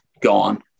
gone